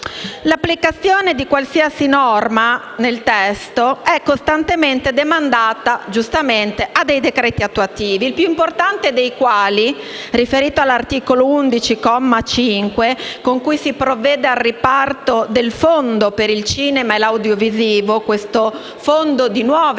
l’applicazione di qualsiasi norma nel testo è costantemente demandata, giustamente, ai decreti attuativi, il più importante dei quali, riferito all’articolo 11, comma 5, con cui si provvede al riparto del fondo per il cinema e l’audiovisivo, di nuova